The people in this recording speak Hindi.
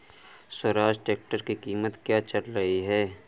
स्वराज ट्रैक्टर की कीमत क्या चल रही है?